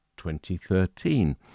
2013